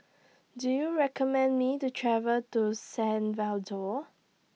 Do YOU recommend Me to travel to San